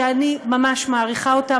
שאני ממש מעריכה אותה,